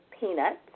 peanuts